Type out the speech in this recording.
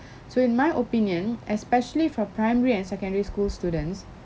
so in my opinion especially for primary and secondary school students